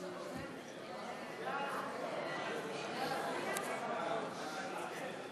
הצעת ועדת החוקה,